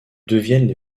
deviennent